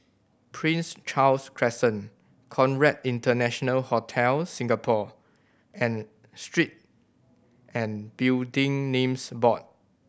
Prince Charles Crescent Conrad International Hotel Singapore and Street and Building Names Board